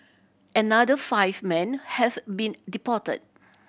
another five men have been deported